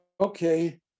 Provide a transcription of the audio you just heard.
Okay